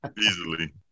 easily